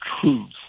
truth